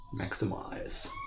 Maximize